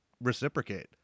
reciprocate